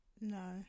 No